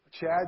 Chad